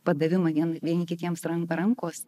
padavimą vien vieni kitiems ran rankos